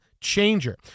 changer